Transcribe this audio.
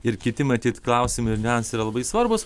ir kiti matyt klausimai ir niuansai yra labai svarbūs